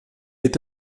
est